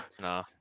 No